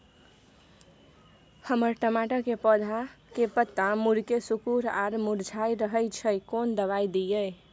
हमर टमाटर के पौधा के पत्ता मुड़के सिकुर आर मुरझाय रहै छै, कोन दबाय दिये?